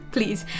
Please